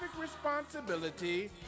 responsibility